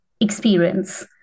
experience